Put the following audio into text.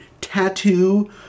tattoo